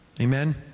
Amen